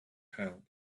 held